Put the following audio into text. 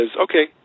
Okay